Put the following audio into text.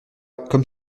comme